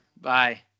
Bye